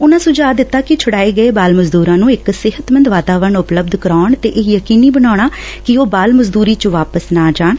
ਉਨਾਂ ਸੁਝਾਅ ਦਿੱਤਾ ਕਿ ਛੁੜਾਏ ਗਏ ਬਾਲ ਮਜ਼ਦੁਰਾਂ ਨੂੰ ਇਕ ਸਿਹਤਮੰਦ ਵਾਤਾਵਰਣ ਉਪਲਬਧ ਕਰਾਉਣ ਤੇ ਇਹ ਯਕੀਨੀ ਬਣਾਉਣ ਕਿ ਉਹ ਬਾਲ ਮਜ਼ਦੂਰੀ ਚ ਵਾਪਸ ਨਾ ਜਾਣ